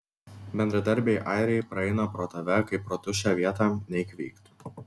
bendradarbiai airiai praeina pro tave kaip pro tuščią vietą nei kvykt